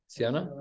Siana